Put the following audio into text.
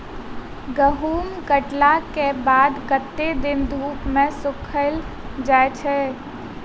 गहूम कटला केँ बाद कत्ते दिन धूप मे सूखैल जाय छै?